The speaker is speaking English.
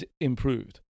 improved